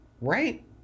Right